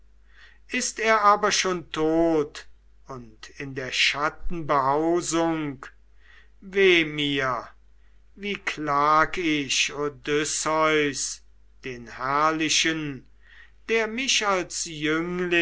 ist er aber schon tot und in der schatten behausung weh mir wie klag ich odysseus den herrlichen der mich als